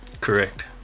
Correct